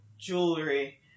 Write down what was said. jewelry